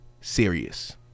serious